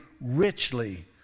richly